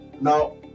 Now